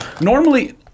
Normally